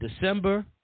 December